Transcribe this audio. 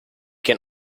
can